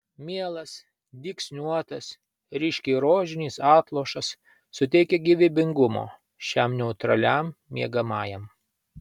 mielas dygsniuotas ryškiai rožinis atlošas suteikia gyvybingumo šiam neutraliam miegamajam